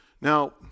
Now